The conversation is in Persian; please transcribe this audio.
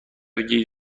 گیج